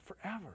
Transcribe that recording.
forever